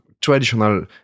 traditional